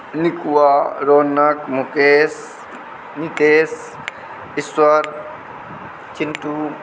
नीकुआ Raunak Mukesh Nikesh Ishwar Chintu